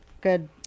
Good